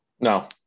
No